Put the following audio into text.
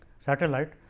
satellite.